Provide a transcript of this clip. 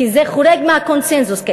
כי זה חורג מהקונסנזוס,